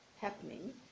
happening